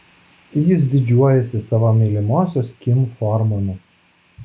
jis didžiuojasi savo mylimosios kim formomis